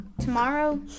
tomorrow